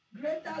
Greater